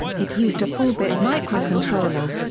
it used a four bit microcontroller.